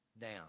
down